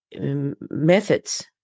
methods